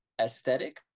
aesthetic